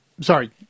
Sorry